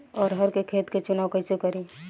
अरहर के खेत के चुनाव कईसे करी?